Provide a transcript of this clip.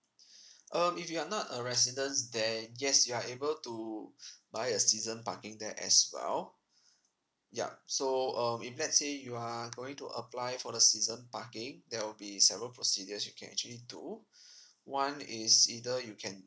um if you are not a residence there yes you are able to buy a season parking there as well ya so um if let's say you are going to apply for the season parking there will be several procedures you can actually do one is either you can